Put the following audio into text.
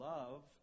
Love